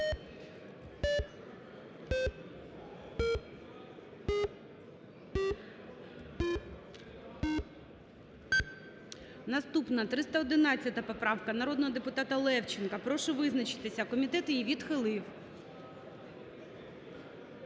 Наступна: 311 поправка народного депутата Левченка. Прошу визначитись. Комітет її відхилив.